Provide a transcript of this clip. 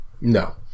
no